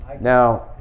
Now